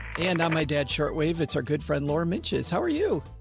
and on my dad's shirt wave. it's our good friend lauren niches. how are you?